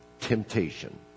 temptation